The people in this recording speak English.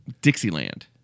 Dixieland